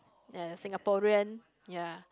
ya Singaporean ya